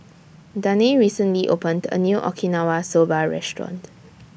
Danae recently opened A New Okinawa Soba Restaurant